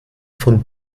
von